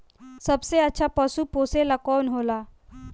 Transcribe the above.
सबसे अच्छा पशु पोसेला कौन होला?